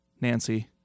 Nancy